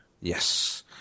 Yes